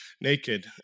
naked